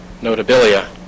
notabilia